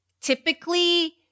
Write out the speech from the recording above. typically